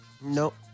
Nope